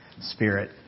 Spirit